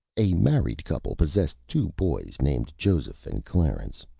a married couple possessed two boys named joseph and clarence.